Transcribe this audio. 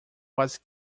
was